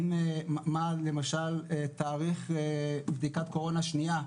מה למשל תאריך בדיקת קורונה שנייה,